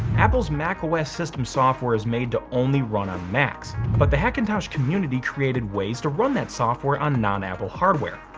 apples's macos system software is made to only run on macs. but the hackintosh community created ways to run that software on non-apple hardware.